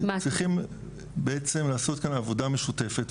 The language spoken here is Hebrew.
צריכים לעשות כאן עבודה משותפת,